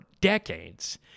decades